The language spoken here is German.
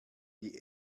die